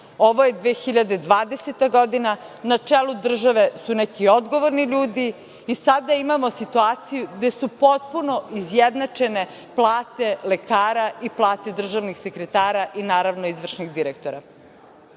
Ovo je 2020. godina, na čelu države su neki odgovorni ljudi i sada imamo situaciju gde su potpuno izjednačene plate lekara i plate državnih sekretara i naravno izvršnih direktora. Nedavno